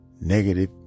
negative